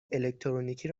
الکترونیکی